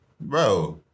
Bro